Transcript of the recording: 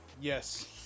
Yes